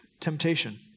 temptation